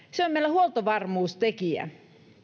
huoltovarmuustekijä